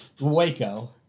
Waco